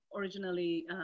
originally